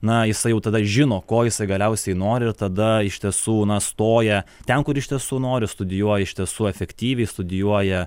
na jisai jau tada žino ko jisai galiausiai nori ir tada iš tiesų na nustoja ten kur iš tiesų noriu studijuoja iš tiesų efektyviai studijuoja